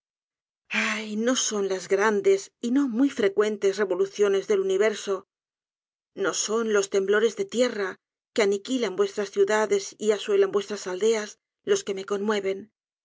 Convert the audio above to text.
ah no son las grandes y no muy frecuentes revoluciones del universo no son los temblores de tierra que aniquilan vuestras ciudades y asuelan vuestras aldeas los que me conmue